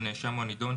הנאשם או הנידון,